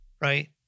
right